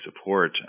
support